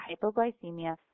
hypoglycemia